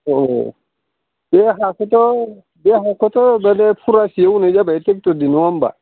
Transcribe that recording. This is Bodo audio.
औ बे हाखोथ' बे हाखोथ' फुरासे एवनाय जाबाय ट्रेक्टरजो नङा होमब्ला